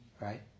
right